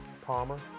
Palmer